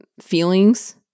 feelings